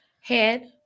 Head